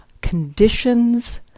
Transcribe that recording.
conditions